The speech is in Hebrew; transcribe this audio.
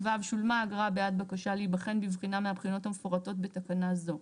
"(ו) שולמה אגרה בעד בקשה להיבחן בבחינה מהבחינות המפורטות בתקנה זו,